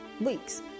Weeks